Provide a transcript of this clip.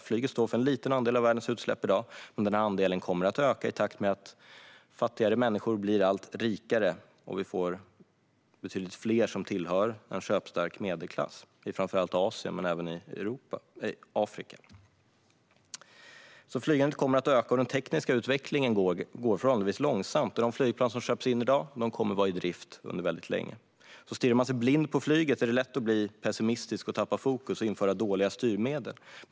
Flyget står i dag för en liten andel av världens utsläpp, men andelen kommer att öka i takt med att fattigare människor blir allt rikare och vi får betydligt fler som tillhör en köpstark medelklass i framför allt Asien, men även i Afrika. Flygandet kommer alltså att öka, och den tekniska utvecklingen är förhållandevis långsam. De flygplan som köps in i dag kommer att vara i drift väldigt länge. Om man stirrar sig blind på flyget är det lätt att bli pessimistisk och tappa fokus och införa dåliga styrmedel.